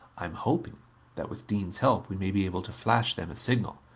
i am hoping that, with dean's help, we may be able to flash them a signal.